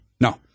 No